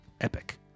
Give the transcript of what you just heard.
epic